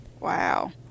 Wow